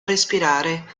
respirare